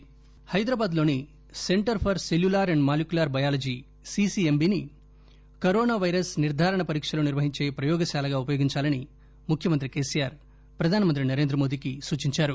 corona CCMB Hyderabad లోని centre for cellular and molecular biology సీసీఎంబీని corona virus నిర్గారణ పరీక్షలు నిర్వహించే ప్రయోగశాలగా ఉపయోగించాలని ముఖ్యమంత్రి కేసీఆర్ ప్రధానమంత్రి నరేంద్రమోదీకి సూచించారు